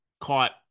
Caught